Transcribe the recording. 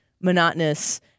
monotonous